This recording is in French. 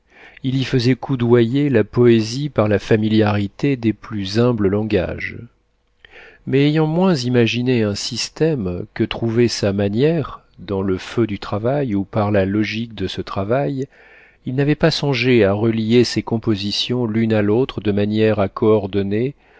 il y faisait coudoyer la poésie par la familiarité des plus humbles langages mais ayant moins imaginé un système que trouvé sa manière dans le feu du travail ou par la logique de ce travail il n'avait pas songé à relier ses compositions l'une à l'autre de manière à coordonner